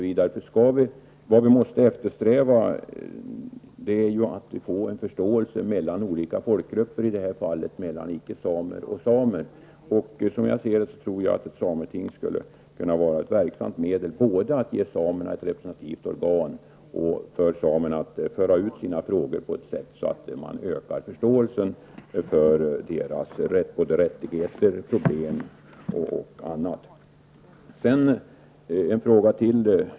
Vad vi måste eftersträva är att vi får förståelse mellan folkgrupperna, i det här fallet mellan icke-samer och samer. Som jag sade tror jag att ett sameting skulle kunna vara ett verksamt medel för att ge samerna ett representativt organ. Samerna skulle kunna föra ut sina frågor på ett sådant sätt att det ökar förståelsen för deras rättigheter och problem.